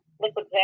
liquid